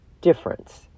difference